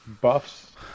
buffs